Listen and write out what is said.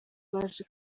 baje